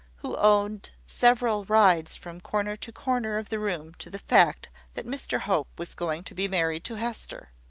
who owed several rides from corner to corner of the room to the fact that mr hope was going to be married to hester.